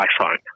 iPhone